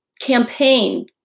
campaign